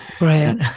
Right